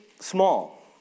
small